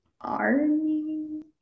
Army